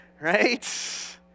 right